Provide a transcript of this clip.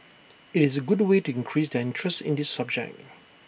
IT is A good way to increase their interest in this subject